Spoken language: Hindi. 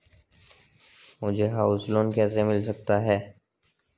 मुझे हाउस लोंन कैसे मिल सकता है?